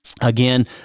Again